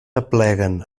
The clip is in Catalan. apleguen